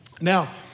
Now